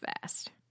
fast